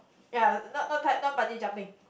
ya not not not bungee jumping